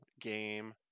game